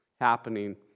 happening